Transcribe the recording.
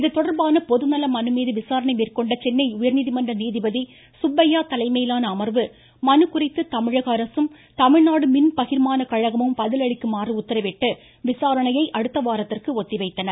இதுதொடர்பான பொதுநல மனுமீது விசாரணை மேற்கொண்ட சென்னை உயா்நீதிமன்ற நீதிபதி சுப்பையா தலைமையிலான அமா்வு மனு குறித்து தமிழக அரசும் தமிழ்நாடு மின் பகிர்மான கழகமும் பதில் அளிக்குமாறு உத்தரவிட்டு விசாரணையை அடுத்தவாரத்திற்கு ஒத்திவைத்தனர்